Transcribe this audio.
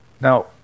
Now